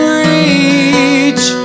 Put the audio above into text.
reach